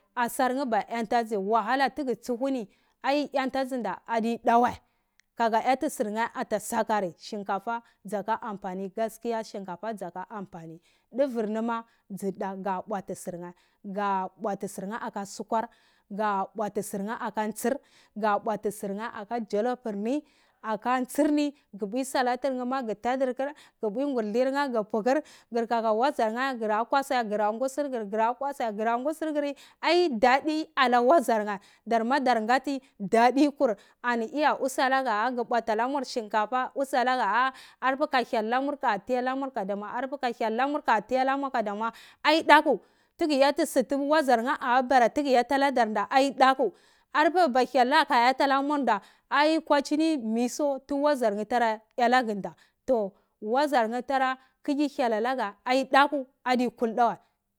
Asarye be eyentesi wahala tsuheye eyentesi adi awa, ka ga eyeti sirye ata sakayri shinkafa saka gaskiya dvarnima la buwodi sirye aka sukur ar buwati sirye ake tsir, ka buwadir sirye aka ake tsirni alatye katahirkir, wune uthli ku tahirkin kir kirka wasaye ra kwatze krakutsikur ai dadi la wasaryu darma darkati dadi ani iya uselaka ku butenar shinkafa useleka arb ka hyel nake ka taina mur damwa, ma arbe ka hyel nawur ka tainanur damwa, ai daku ini sinam tu wasa ada bara duk tai ki ku alatar da, anjia bal hyel namurduku etlamurda kwajini misu ada nan dudar dakarda, dar kuki hyel nake daku adi kuldiwe